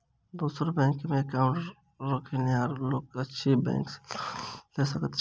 दोसर बैंकमे एकाउन्ट रखनिहार लोक अहि बैंक सँ लोन लऽ सकैत अछि की?